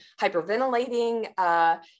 hyperventilating